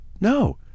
no